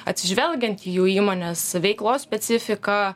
atsižvelgiant į jų įmonės veiklos specifiką